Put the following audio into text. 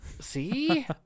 See